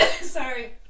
Sorry